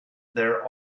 they’re